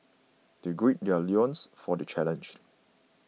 they gird their loins for the challenge